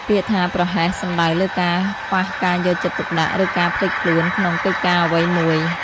ពាក្យថា «ប្រហែស» សំដៅលើការខ្វះការយកចិត្តទុកដាក់ ឬការភ្លេចខ្លួនក្នុងកិច្ចការអ្វីមួយ។